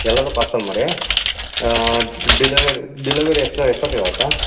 ಎಲ್ಲದೂ ಪಾರ್ಸಲ್ ಮಾಡಿ delivery delivery extra extra pay ಆಗುತ್ತಾ